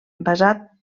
basat